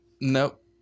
Nope